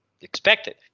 expected